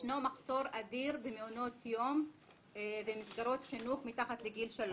ישנו מחסור אדיר במעונות יום ומסגרות חינוך מתחת לגיל שלוש.